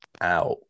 out